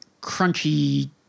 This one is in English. crunchy